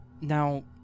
Now